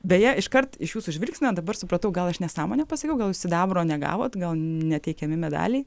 beje iškart iš jūsų žvilgsnio dabar supratau gal aš nesąmonę pasakiau gal sidabro negavot gal neteikiami medaliai